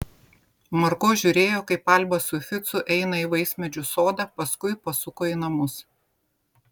margo žiūrėjo kaip alba su ficu eina į vaismedžių sodą paskui pasuko į namus